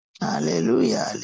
hallelujah